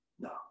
No